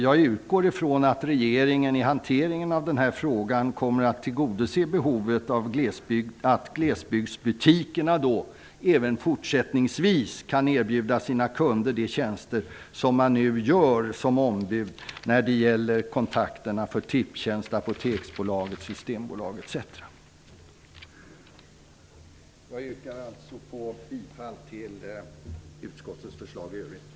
Jag utgår från att regeringen i hanteringen av denna fråga kommer att tillgodose glesbygdsbutikernas behov av att även fortsättningsvis kunna erbjuda sina kunder de tjänster som man nu erbjuder som ombud för Jag yrkar alltså bifall till utskottets hemställan i övrigt.